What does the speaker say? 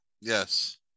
Yes